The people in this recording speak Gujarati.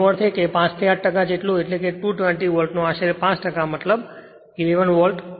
એનો અર્થ એ કે 5 થી 8 ટકા એટલે 220 વોલ્ટનો આશરે 5 ટકા મતલબ 11 વોલ્ટ